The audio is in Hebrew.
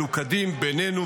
מלוכדים בינינו,